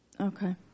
Okay